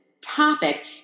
topic